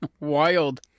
Wild